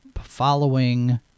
following